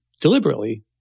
deliberately